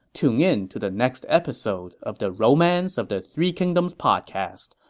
tune in to the next episode of the romance of the three kingdoms podcast.